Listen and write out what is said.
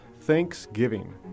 Thanksgiving